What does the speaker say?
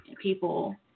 People